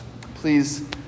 Please